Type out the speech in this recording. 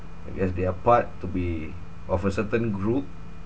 as they are proud to be of a certain group